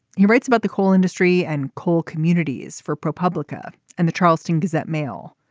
he writes about the coal industry and coal communities for propublica and the charleston gazette mail.